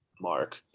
mark